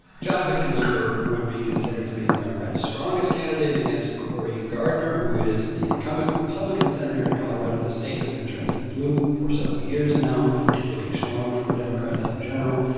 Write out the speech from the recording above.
john hickenlooper would be considered to be the democrats' strongest candidate against cory gardner, who is the incumbent republican senator in colorado. the state has been trending blue for several years now. it is looking strong for democrats in general.